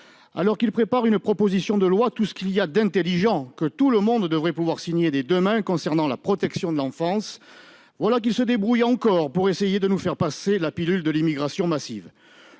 alors qu'il prépare une proposition de loi tout ce qu'il y a d'intelligent que tout le monde devrait pouvoir signer dès demain concernant la protection de l'enfance, voilà qu'se débrouille encore pour essayer de nous faire passer la pilule de l'immigration massive,